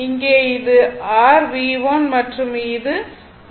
இங்கே இது r V1 மற்றும் இது rV2 ஆகும்